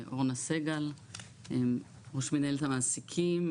אני ראש מינהלת המעסיקים.